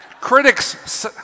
Critics